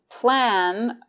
plan